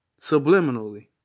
Subliminally